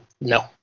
No